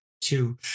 two